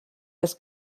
das